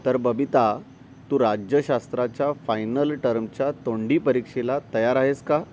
तर बबिता तू राज्यशास्त्राच्या फायनल टर्मच्या तोंडी परीक्षेला तयार आहेस का